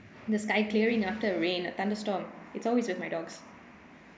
the sky clearing after a rain a thunderstorms it's always with my dogs